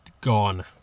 gone